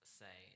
say